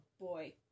boy